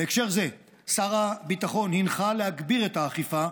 בהקשר זה, שר הביטחון הנחה להגביר את האכיפה,